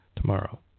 tomorrow